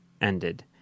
ended